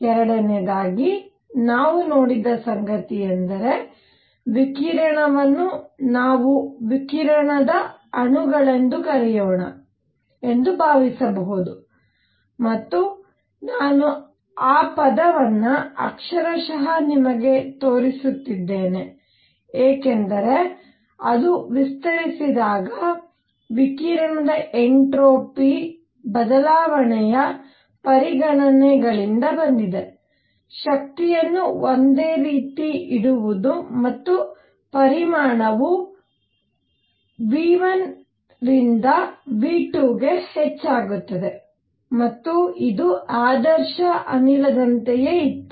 ಸಂಖ್ಯೆ 2 ನಾವು ನೋಡಿದ ಸಂಗತಿಯೆಂದರೆ ವಿಕಿರಣವನ್ನು ನಾವು ವಿಕಿರಣ ಅಣುಗಳೆಂದು ಕರೆಯೋಣ ಎಂದು ಭಾವಿಸಬಹುದು ಮತ್ತು ನಾನು ಆ ಪದವನ್ನು ಅಕ್ಷರಶಃ ನಿಮಗೆ ತೋರಿಸುತ್ತಿದ್ದೇನೆ ಏಕೆಂದರೆ ಅದು ವಿಸ್ತರಿಸಿದಾಗ ವಿಕಿರಣದ ಎನ್ಟ್ರೋಪಿ ಬದಲಾವಣೆಯ ಪರಿಗಣನೆಗಳಿಂದ ಬಂದಿದೆ ಶಕ್ತಿಯನ್ನು ಒಂದೇ ರೀತಿ ಇಡುವುದು ಮತ್ತು ಪರಿಮಾಣವು v1 ರಿಂದ v2 ಗೆ ಹೆಚ್ಚಾಗುತ್ತದೆ ಮತ್ತು ಇದು ಆದರ್ಶ ಅನಿಲದಂತೆಯೇ ಇತ್ತು